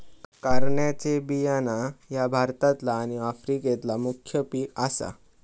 कारळ्याचे बियाणा ह्या भारतातला आणि आफ्रिकेतला मुख्य पिक आसा